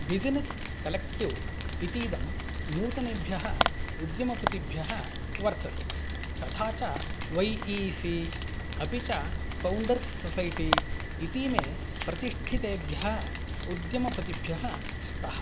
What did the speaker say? business collective इतीदं नूतनेभ्यः उद्यमपतिभ्यः वर्तते तथा च वै ई सी अपि च फ़ौण्डर्स् सोसैटी इतीमे प्रतिष्ठितेभ्यः उद्यमपतिभ्यः स्तः